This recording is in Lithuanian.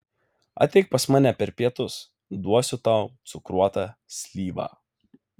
ateik pas mane per pietus duosiu tau cukruotą slyvą